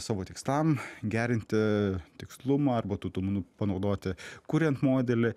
savo tikslam gerinti tikslumą arba tų duomenų panaudoti kuriant modelį